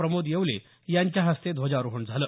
प्रमोद येवले यांच्या हस्ते ध्वजारोहण झालं